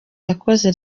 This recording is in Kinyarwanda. yakoze